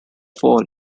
fall